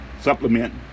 supplement